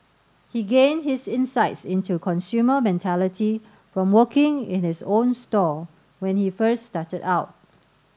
he gained his insights into consumer mentality from working in his own store when he first started out